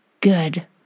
good